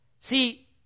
See